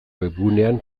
webgunean